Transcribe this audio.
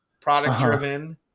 product-driven